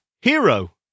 Hero